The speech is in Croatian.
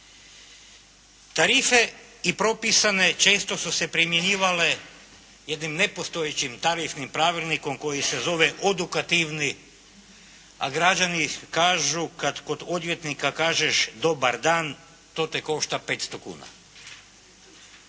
Tarife i propisane često su se primjenjivale jednim nepostojećim tarifnim pravilnikom koji se zove odukativni a građani kažu kad kod odvjetnika kažeš dobar dan to te košta 500 kuna.